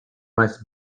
must